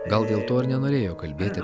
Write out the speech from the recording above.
gal dėl to ir nenorėjo kalbėti